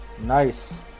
nice